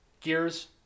gears